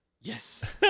Yes